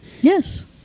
Yes